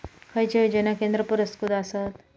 खैचे योजना केंद्र पुरस्कृत आसत?